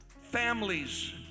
families